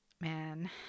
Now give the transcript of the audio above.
man